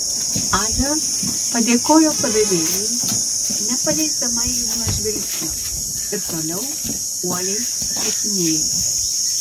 ada padėkojo padavėjai nepaleisdama igno žvilgsnio ir toliau uoliai atsakinėjo